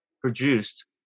produced